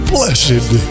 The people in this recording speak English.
Blessed